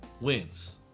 wins